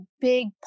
big